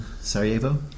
Sarajevo